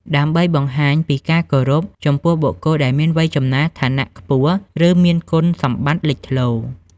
ដើម្បីបង្ហាញពីការគោរព ចំពោះបុគ្គលដែលមានវ័យចំណាស់ ឋានៈខ្ពស់ ឬមានគុណសម្បត្តិលេចធ្លោ។